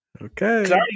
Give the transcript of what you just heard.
Okay